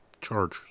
charge